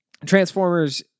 Transformers